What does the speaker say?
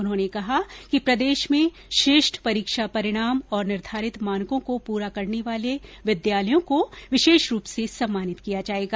उन्होंने कहा कि प्रदेश में श्रेष्ठ परीक्षा परिणाम और निर्धारित मानकों को पूरा करने वाले विद्यालयों को विशेष रूप से सम्मानित किया जायेगा